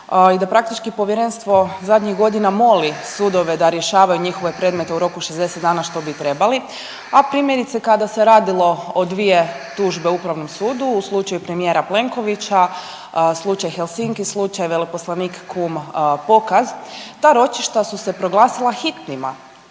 i da praktički Povjerenstvo zadnjih godina moli sudove da rješavaju njihove predmete u roku od 60 dana što bi trebali, a primjerice kada se radilo i dvije tužbe Upravnom sudu u slučaju premijera Plenkovića slučaj Helsinki, slučaj veleposlanika kuma Pokaza ta ročišta su se pokazala hitnima,